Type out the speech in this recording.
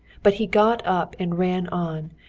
but he got up and ran on,